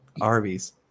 Arby's